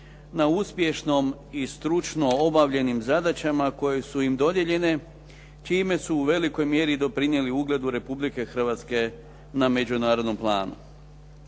na uspješnom i stručno obavljenim zadaćama koje su im dodijeljene čime su u velikoj mjeri doprinijeli ugledu Republike Hrvatske na međunarodnom planu.